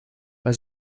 bei